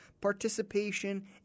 participation